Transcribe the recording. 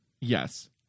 Yes